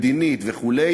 מדינית וכו',